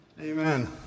Amen